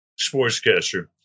sportscaster